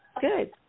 Good